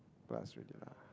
plus already lah